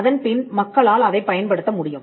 அதன்பின் மக்களால் அதைப் பயன்படுத்த முடியும்